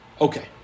Okay